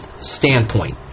standpoint